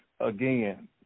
again